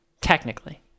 Technically